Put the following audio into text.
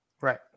Right